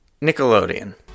Nickelodeon